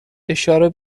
اشاره